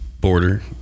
border